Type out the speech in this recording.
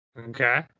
Okay